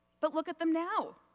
but look at them now.